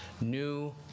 new